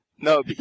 No